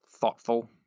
thoughtful